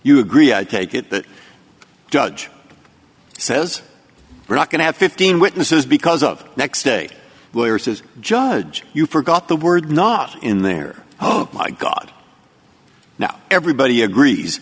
you agree i take it that the judge says we're not going to have fifteen witnesses because of next day lawyer says judge you forgot the word not in there oh my god now everybody agrees